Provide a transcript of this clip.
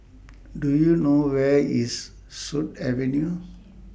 Do YOU know Where IS Sut Avenue